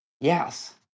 Yes